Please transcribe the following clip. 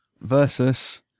Versus